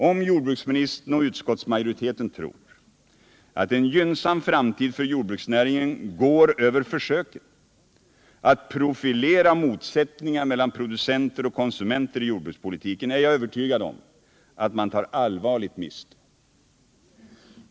Om jordbruksministern och utskottsmajoriteten tror att en gynnsam framtid för jordbruksnäringen går över försöken att profilera motsättningar mellan producenter och konsumenter i jordbrukspolitiken är jag övertygad om att man tar allvarligt miste.